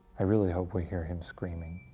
i really hope we hear him screaming.